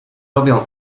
robią